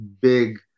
big